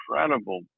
incredible